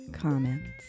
comments